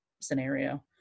scenario